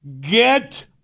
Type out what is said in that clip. get